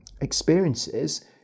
experiences